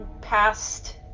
past